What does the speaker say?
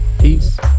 peace